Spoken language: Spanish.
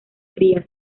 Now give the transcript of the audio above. cría